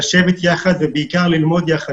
לשבת יחד ובעיקר ללמוד יחד.